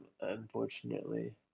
unfortunately